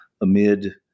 amid